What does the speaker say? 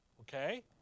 Okay